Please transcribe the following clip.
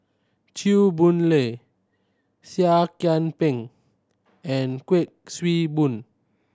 Chew Boon Lay Seah Kian Peng and Kuik Swee Boon